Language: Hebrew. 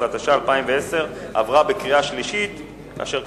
13), התש"ע 2010, נתקבל.